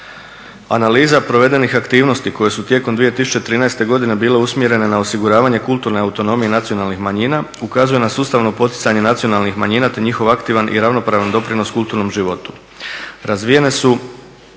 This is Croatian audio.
Analiza provedenih aktivnosti koje su tijekom 2013. godine bile usmjerene na osiguravanje kulturne autonomije nacionalnih manjina ukazuju na sustavno poticanje nacionalnih manjina te njihov aktivan i ravnopravan doprinos kulturnom životu. Razvijene su